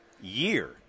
year